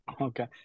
okay